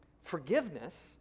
Forgiveness